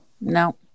No